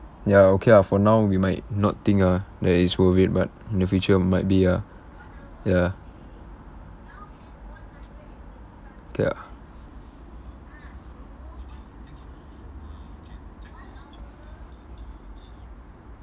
ya okay ah for now we might not think ah that it's worth it but in the future might be ah ya okay ah